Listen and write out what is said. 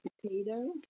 potato